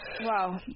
Wow